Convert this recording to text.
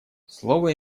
слово